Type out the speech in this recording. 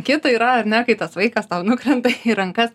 kita yra ar ne kai tas vaikas tau nukrenta į rankas